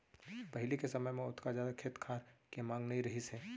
पहिली के समय म ओतका जादा खेत खार के मांग नइ रहिस हे